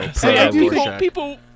people